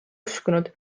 uskunud